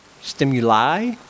Stimuli